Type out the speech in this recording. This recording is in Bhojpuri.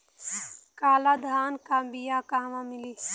काला धान क बिया कहवा मिली?